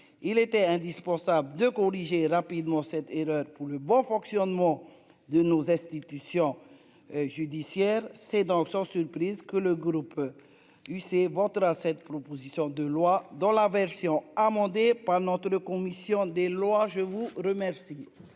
il était indispensable de corriger rapidement cette et leur pour le bon fonctionnement de nos institutions judiciaires, c'est donc sans surprise que le groupe UC votera cette proposition de loi dans la version amendée pendant tout de commission des lois, je vous remercie.